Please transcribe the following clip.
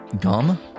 gum